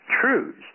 truths